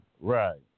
Right